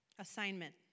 Assignment